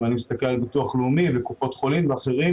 ואני מסתכל על ביטוח לאומי וקופות חולים ואחרים,